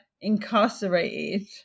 incarcerated